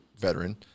veteran